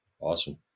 Awesome